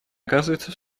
оказывается